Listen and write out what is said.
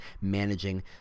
managing